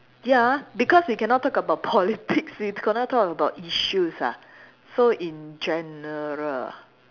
ya because we cannot talk about politics we cannot talk about issues ah so in general